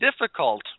difficult